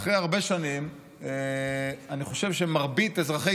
אחרי הרבה שנים אני חושב שמרבית אזרחי